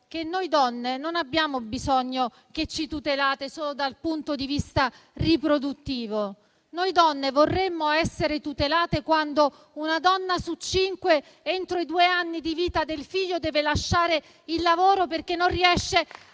che noi donne non abbiamo bisogno che ci tuteliate solo dal punto di vista riproduttivo. Noi donne vorremmo essere tutelate quando una donna su cinque entro i due anni di vita del figlio deve lasciare il lavoro perché non riesce